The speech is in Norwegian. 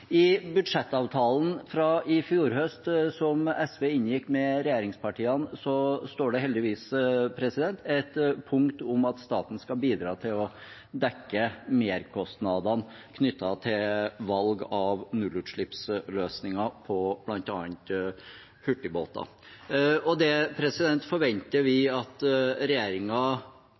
I budsjettavtalen fra i fjor høst som SV inngikk med regjeringspartiene, står det heldigvis et punkt om at staten skal bidra til å dekke merkostnadene knyttet til valg av nullutslippsløsninger på bl.a. hurtigbåter. Det forventer vi at